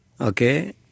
okay